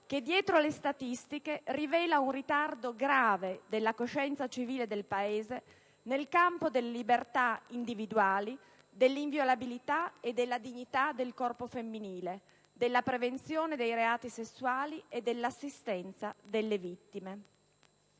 che, dietro alle statistiche, rivela un ritardo grave della coscienza civile del Paese nel campo delle libertà individuali, dell'inviolabilità e della dignità del corpo femminile, della prevenzione dei reati sessuali e dell'assistenza delle vittime.